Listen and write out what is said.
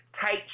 tight